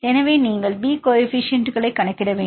எனவே நீங்கள் b கோஎபிசியன்ட்களை கணக்கிட வேண்டும்